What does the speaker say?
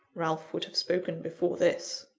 ralph would have spoken before this.